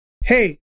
hey